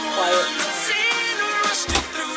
quiet